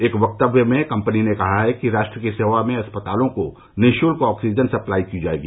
एक वक्तव्य में कम्पनी ने कहा है कि राष्ट्र की सेवा में अस्पतालों को निःशुत्क ऑक्सीजन सप्लाई की जाएगी